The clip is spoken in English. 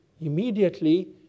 Immediately